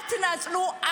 אל תנצלו.